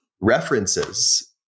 references